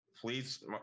please